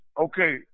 Okay